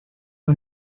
who